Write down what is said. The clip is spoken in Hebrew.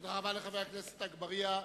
תודה רבה לחבר הכנסת אגבאריה.